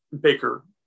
Baker